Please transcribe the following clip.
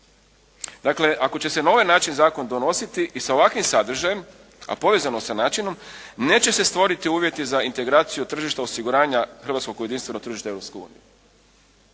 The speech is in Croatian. Dakle ako će se na ovaj način zakon donositi i sa ovakvim sadržajem, a povezano sa načinom neće se stvoriti uvjeti za integraciju tržišta osiguranja hrvatskog u jedinstveno tržište